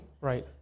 right